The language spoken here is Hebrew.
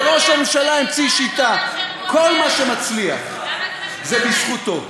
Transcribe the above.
וראש הממשלה המציא שיטה: כל מה שמצליח זה בזכותו.